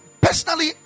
Personally